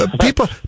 people